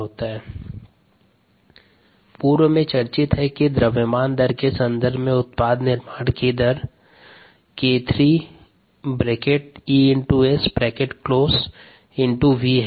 EtSKmSES पूर्व में चर्चित है कि द्रव्यमान दर के संदर्भ में उत्पाद निर्माण की दर 𝑘3 ES V है